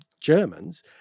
Germans